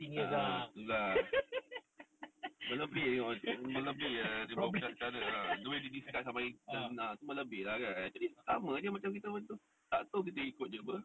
uh uh melebih melebih ah cara-cara the way they discuss sampai ah tu melebih lah kan jadi sama jer macam kita bantu tak tahu kita ikut jer [pe]